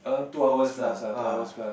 two hours lah uh